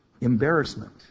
Embarrassment